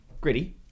Gritty